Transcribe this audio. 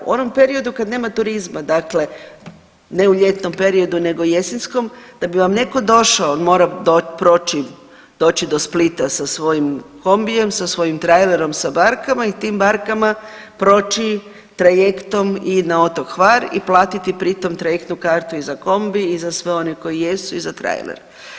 U onom periodu kad nema turizma dakle ne u ljetnom periodu nego jesenskom da bi vam neko došao on mora proći doći do Splita sa svojim kombijem, sa svojim trailerom, sa barkama i tim barkama proći trajektom i na otok Hvar i platiti pri tom trajektnu kartu i za kombi i za sve one koji jesu i za trailer.